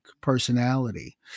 personality